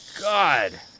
God